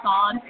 on